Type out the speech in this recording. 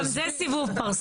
אבל גם זה סיבוב פרסה.